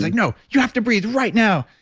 like, no, you have to breathe right now.